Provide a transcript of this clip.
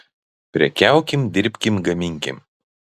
prekiaukim dirbkim gaminkim